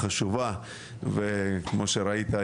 חבר הכנסת יאסר חוג'יראת.